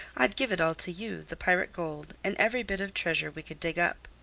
i'd give it all to you, the pirate gold and every bit of treasure we could dig up.